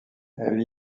elle